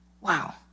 Wow